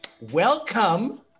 Welcome